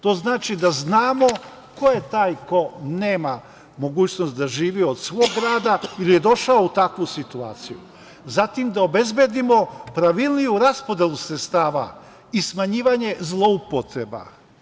To znači da znamo ko je taj ko nema mogućnost da živi od svog rada ili je došao u takvu situaciju, zatim da obezbedimo pravilniju raspodelu sredstava i smanjivanje zloupotreba.